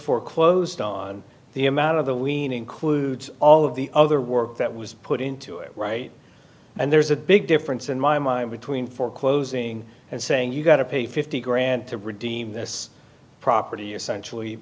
foreclosed on the amount of the weening clued all of the other work that was put into it right and there's a big difference in my mind between foreclosing and saying you've got to pay fifty grand to redeem this property essential